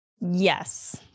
Yes